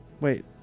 Wait